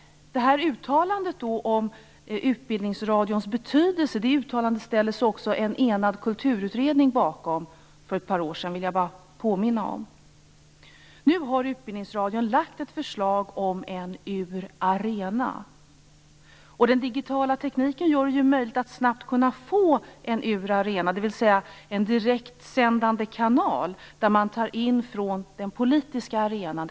Jag vill bara påminna om att en enad kulturutredning för ett par år sedan ställde sig bakom uttalandet om Utbildningsradions betydelse. Nu har Utbildningsradion lagt fram ett förslag om en UR-Arena. Den digitala tekniken gör det ju möjligt att snabbt få en UR-Arena, dvs. en direktsändande kanal direkt från den politiska arenan.